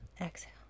Exhale